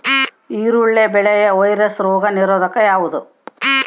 ಈರುಳ್ಳಿ ಬೆಳೆಯ ವೈರಸ್ ರೋಗ ನಿರೋಧಕ ಯಾವುದು?